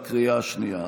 התקבל בקריאה השנייה.